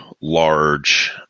large